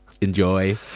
enjoy